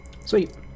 Sweet